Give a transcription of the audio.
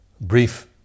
brief